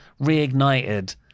reignited